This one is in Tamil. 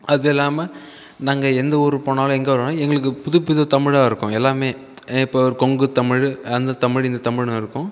அது இல்லாமல் நாங்கள் எந்த ஊருக்கு போனாலும் எங்கே வேணாலும் எங்களுக்கு புது புது தமிழாகருக்கும் எல்லாமே இப்போ ஒரு கொங்கு தமிழ் அந்த தமிழ் இந்த தமிழ்னு இருக்கும்